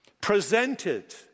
presented